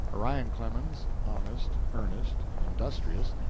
orion clemens, honest, earnest, and industrious,